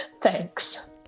Thanks